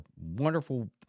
wonderful